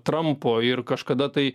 trampo ir kažkada tai